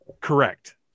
Correct